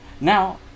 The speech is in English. Now